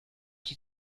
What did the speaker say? die